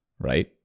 right